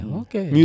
okay